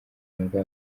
yumva